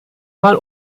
mal